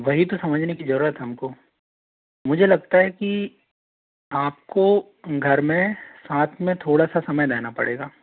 वही तो समझने की ज़रूरत है हम को मुझे लगता है कि आपको घर में साथ में थोड़ा सा समय देना पड़ेगा